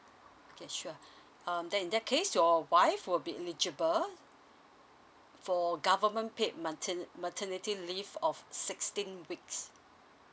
okay sure um then in that case your wife will be eligible for government paid mater~ maternity leave of sixteen weeks